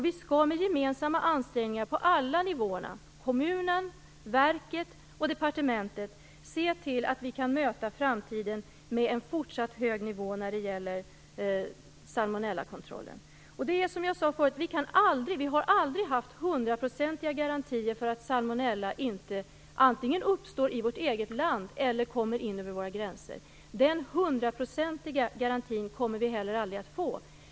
Vi skall med gemensamma ansträngningar på alla nivåer - kommunalt, inom verket och inom departementet - tillse att vi kan möta framtiden på en fortsatt hög nivå när det gäller salmonellakontrollen. Som jag tidigare sade har vi aldrig haft hundraprocentiga garantier mot att salmonella antingen uppstår i vårt eget land eller kommer in över våra gränser. Den hundraprocentiga garantin kommer vi heller aldrig att få.